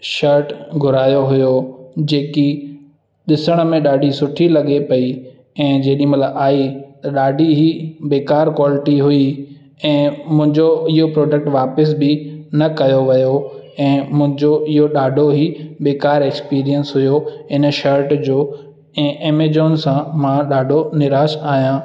shirt घुरायो हुओ जेकी ॾिसण में ॾाढी सुठी लॻे पई ऐं जेॾीमहिल आई त ॾाढी ई बेकार क्वालिटी हुई ऐं मुंहिंजो इहो प्रोडक्ट वापसि बि न कयो वियो ऐं मुंहिंजो इहो ॾाढो ई बेकार एक्सपीरियंस हुओ इन शट जो ऐं एमेजोन सां मां ॾाढो निराश आहियां